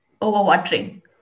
overwatering